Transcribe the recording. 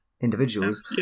individuals